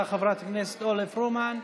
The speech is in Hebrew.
תודה, חברת הכנסת אורלי פרומן.